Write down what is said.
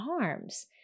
arms